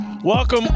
Welcome